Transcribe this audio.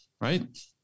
right